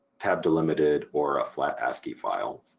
tab delimited, or a flat ascii file.